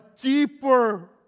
deeper